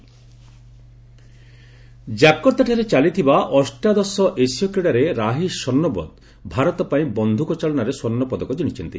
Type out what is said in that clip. Asian Games ଜାକର୍ତ୍ତାଠାରେ ଚାଲିଥିବା ଅଷ୍ଟାଦଶ ଏସୀୟ କ୍ରୀଡ଼ାରେ ରାହି ସର୍ଣ୍ଣୋବତ୍ ଭାରତ ପାଇଁ ବନ୍ଧୁକ ଚାଳନାରେ ସ୍ୱର୍ଣ୍ଣ ପଦକ ଜିଶିଛନ୍ତି